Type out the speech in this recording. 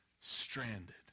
stranded